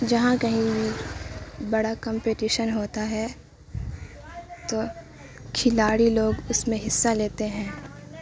جہاں کہیں بھی بڑا کمپٹیشن ہوتا ہے تو کھلاڑی لوگ اس میں حصہ لیتے ہیں